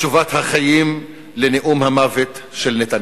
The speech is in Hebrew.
תשובת החיים לנאום המוות של נתניהו.